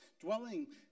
dwelling